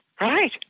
Right